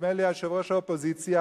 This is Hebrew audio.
נדמה לי יושבת-ראש האופוזיציה,